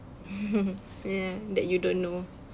ya that you don't know